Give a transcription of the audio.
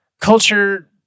culture